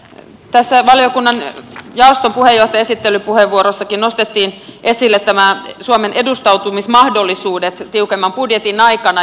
tässä valiokunnan jaoston puheenjohtajan esittelypuheenvuorossakin nostettiin esille suomen edustautumismahdollisuudet tiukemman budjetin aikana